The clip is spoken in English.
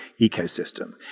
ecosystem